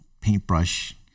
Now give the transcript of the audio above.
paintbrush